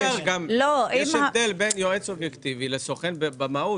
יש הבדל בין יועץ אובייקטיבי לסוכן במהות.